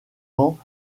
ans